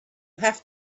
have